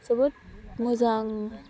जोबोद मोजां